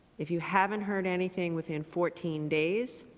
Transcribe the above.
if you haven't heard anything within fourteen days,